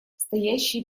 стоящие